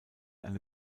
eine